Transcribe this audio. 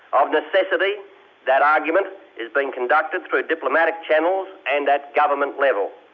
of necessity that argument is being conducted through diplomatic channels and at government level.